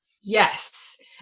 Yes